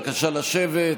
אני מבקש מכולם לשבת.